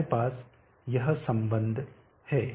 हमारे पास यह संबंध है